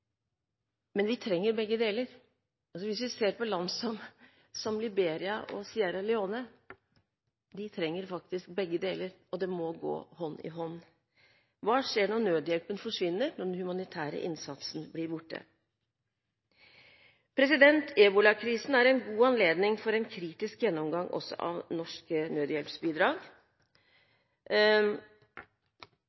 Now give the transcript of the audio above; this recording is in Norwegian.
Men vi trenger begge deler. Hvis vi ser på land som Liberia og Sierra Leone, trenger de faktisk begge deler, og de må gå hånd i hånd. Hva skjer når nødhjelpen forsvinner, når den humanitære innsatsen blir borte? Ebolakrisen er en god anledning til en kritisk gjennomgang også av norske nødhjelpsbidrag,